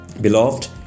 Beloved